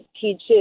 teaches